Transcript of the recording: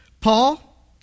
Paul